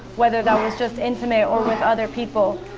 whether that was just intimate or with other people.